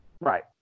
Right